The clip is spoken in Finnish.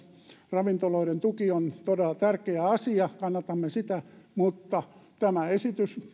ravintoloiden tuki on todella tärkeä asia kannatamme sitä mutta tämä esitys niin